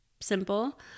simple